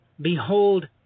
Behold